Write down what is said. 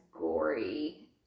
gory